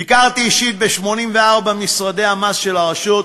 ביקרתי אישית ב-84 משרדי המס של הרשות,